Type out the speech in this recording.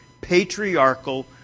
patriarchal